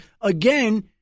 again